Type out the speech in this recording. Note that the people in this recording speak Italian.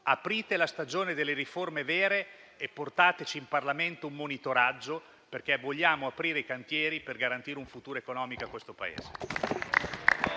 Aprite la stagione delle riforme vere e portateci in Parlamento un monitoraggio, perché vogliamo aprire i cantieri per garantire un futuro economico a questo Paese.